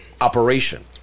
operation